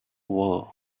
world